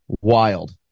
Wild